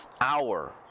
hour